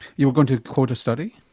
you were going to quote a study?